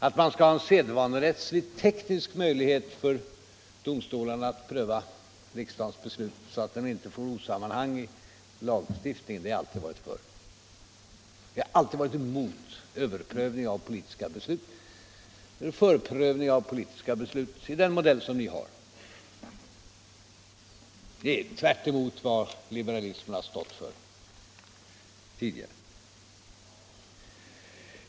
Att man skall ha en sedvanerättslig teknisk möjlighet för domstolarna att pröva riksdagens beslut, så att vi inte får osammanhang i lagstiftningen, har vi alltid varit för. Och vi har alltid varit emot överprövning av politiska beslut. Förprövning av politiska beslut är den modell folkpartiet nu har. Det är tvärtemot vad liberalismen har stått för.